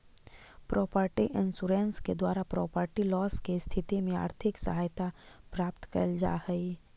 property insurance के द्वारा property loss के स्थिति में आर्थिक सहायता प्राप्त कैल जा हई